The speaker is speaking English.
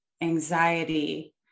anxiety